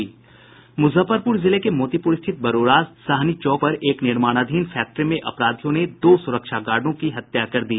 मुजफ्फरपुर जिले के मोतीपुर स्थित बरूराज सहनी चौक पर एक निर्माणाधीन फैक्ट्री में अपराधियों ने दो सुरक्षा गार्डों की हत्या कर दी